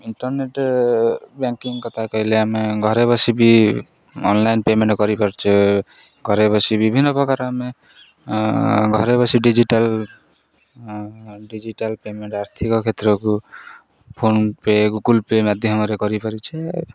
internet banking କଥା କହିଲେ ଆମେ ଘରେ ବସି ବି ଅନ୍ଲାଇନ୍ ପେମେଣ୍ଟ କରିପାରୁଛେ ଘରେ ବସି ବିଭିନ୍ନ ପ୍ରକାର ଆମେ ଘରେ ବସି ଡିଜିଟାଲ୍ ଡିଜିଟାଲ୍ ପେମେଣ୍ଟ ଆର୍ଥିକ କ୍ଷେତ୍ରକୁ ଫୋନ୍ପେ ଗୁଗୁଲ ପେ ମାଧ୍ୟମରେ କରିପାରୁଛେ